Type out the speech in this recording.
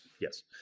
yes